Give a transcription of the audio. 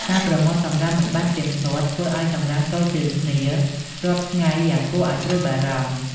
ការប្រមូលសំរាមមិនបានទៀងទាត់ ធ្វើឱ្យសំរាមគរជើងគ្នារាប់ថ្ងៃយ៉ាងគួរឲ្យព្រួយបារម្ភ។